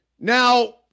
Now